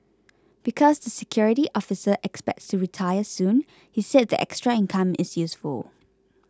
because the security officer expects to retire soon he said the extra income is useful